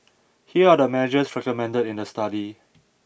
here are the measures recommended in the study